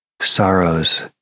sorrows